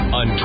on